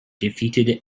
defeated